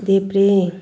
देब्रे